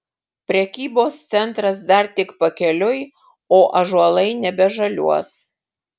prekybos centras dar tik pakeliui o ąžuolai nebežaliuos